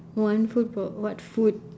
what fruit f~ what food